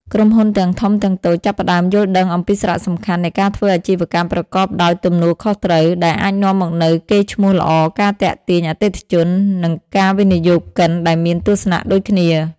ក្រុមហ៊ុនទាំងធំទាំងតូចចាប់ផ្តើមយល់ដឹងអំពីសារៈសំខាន់នៃការធ្វើអាជីវកម្មប្រកបដោយទំនួលខុសត្រូវ ដែលអាចនាំមកនូវកេរ្តិ៍ឈ្មោះល្អ ការទាក់ទាញអតិថិជន និងវិនិយោគិនដែលមានទស្សនៈដូចគ្នា ។